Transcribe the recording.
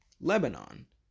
Lebanon